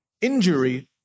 injury